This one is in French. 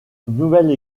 nouvelle